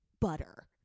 butter